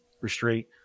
restraint